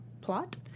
Plot